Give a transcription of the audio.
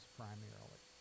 primarily